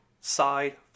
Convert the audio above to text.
side